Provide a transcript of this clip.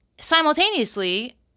simultaneously